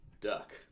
Duck